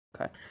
okay